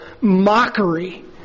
mockery